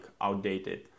outdated